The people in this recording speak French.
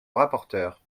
rapporteur